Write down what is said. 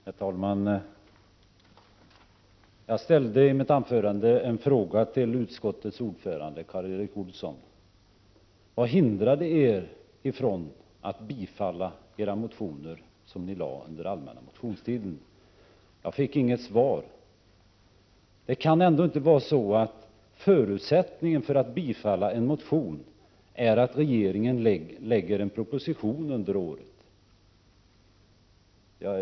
Herr talman! Jag ställde i mitt anförande en fråga till utskottets ordförande Karl Erik Olsson: Vad hindrade er från att biträda de motioner som ni väckte under allmänna motionstiden? Jag fick inget svar. Det kan väl ändå inte vara så att förutsättningen för att man skall biträda en motion är att regeringen lägger fram en proposition under året.